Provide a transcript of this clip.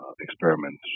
experiments